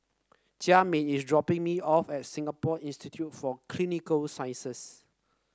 Jamin is dropping me off at Singapore Institute for Clinical Sciences